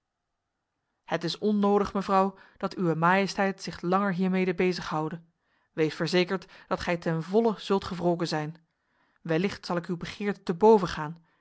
het is onnodig mevrouw dat uwe majesteit zich langer hiermede bezig houde wees verzekerd dat gij ten volle zult gewroken zijn wellicht zal ik uw begeerte te boven gaan